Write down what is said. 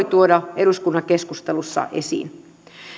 tuoda eduskunnan keskustelussa esiin